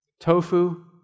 Tofu